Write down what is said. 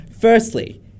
Firstly